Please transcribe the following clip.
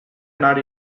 anar